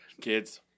Kids